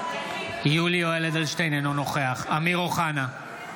אינו נוכח אמיר אוחנה,